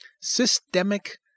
systemic